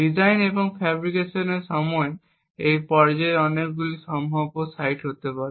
design এবং ফ্যাব্রিকেশনের সময় এই পর্যায়ের অনেকগুলি সম্ভাব্য সাইট হতে পারে